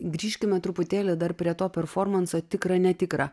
grįžkime truputėlį dar prie to performanso tikra netikra